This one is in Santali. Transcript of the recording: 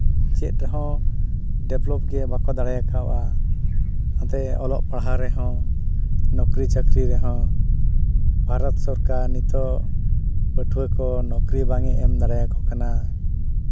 ᱪᱮᱫ ᱛᱮᱦᱚᱸ ᱰᱮᱵᱷᱞᱚᱯ ᱜᱮ ᱵᱟᱠᱚ ᱫᱟᱲᱮ ᱟᱠᱟᱫᱼᱟ ᱱᱟᱛᱮ ᱚᱞᱚᱜ ᱯᱟᱲᱦᱟᱣ ᱨᱮᱦᱚᱸ ᱱᱚᱠᱨᱤ ᱪᱟᱹᱠᱨᱤ ᱨᱮᱦᱚᱸ ᱵᱷᱟᱨᱚᱛ ᱥᱚᱨᱠᱟᱨ ᱱᱤᱛᱚᱜ ᱯᱟᱹᱴᱷᱩᱣᱟᱹ ᱠᱚ ᱱᱚᱠᱨᱤ ᱵᱟᱝᱮ ᱮᱢ ᱫᱟᱲᱮᱭᱟᱠᱚ ᱠᱟᱱᱟ